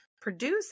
produce